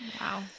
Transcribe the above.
Wow